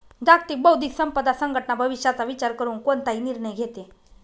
जागतिक बौद्धिक संपदा संघटना भविष्याचा विचार करून कोणताही निर्णय घेते